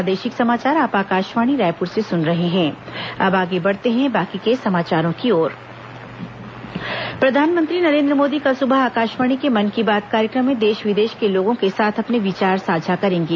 मन की बात प्रधानमंत्री नरेन्द्र मोदी कल सुबह आकाशवाणी के मन की बात कार्यक्रम में देश विदेश के लोगों के साथ अपने विचार साझा करेंगे